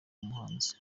umuhanzi